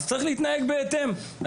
אז צריך לנהוג בהתאם.